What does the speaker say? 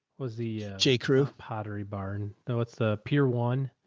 was the, ah, j crew pottery barn though. it's the peer one?